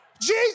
Jesus